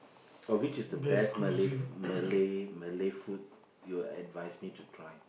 or which is the best Malay f~ Malay Malay food you will advise me to try